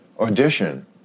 audition